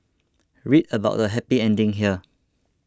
read about the happy ending here